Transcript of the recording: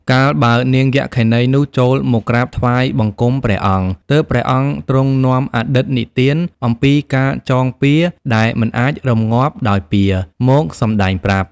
កាលបើនាងយក្ខិនីនោះចូលមកក្រាបថ្វាយបង្គំព្រះអង្គ ទើបព្រះអង្គទ្រង់នាំអតីតនិទាន "អំពីការចងពៀរ ដែលមិនអាចរម្ងាប់ដោយពៀរ" មកសម្តែងប្រាប់ ។